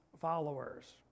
followers